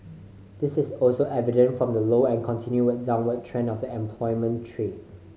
this is also evident from the low and continued downward trend of the unemployment trade